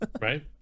right